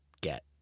get